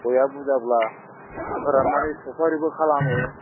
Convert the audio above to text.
गया बुरजाब्ला फोराननानै सफारिबो खालामो